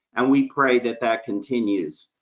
and we pray that that continues.